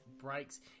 Breaks